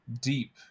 deep